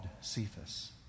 Cephas